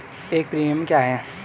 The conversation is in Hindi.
एक प्रीमियम क्या है?